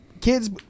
kids